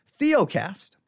Theocast